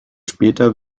später